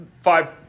five